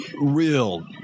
real